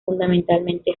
fundamentalmente